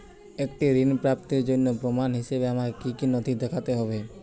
একটি ঋণ প্রাপ্তির জন্য প্রমাণ হিসাবে আমাকে কী কী নথি দেখাতে হবে?